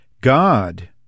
God